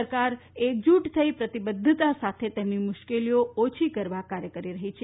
સરકાર એકજટ થઇ પ્રતીબધ્ધતા સાથે તેમની મુશ્કેલીઓ ઓછી કરવા કાર્ય કરી રહી છે